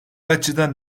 açıdan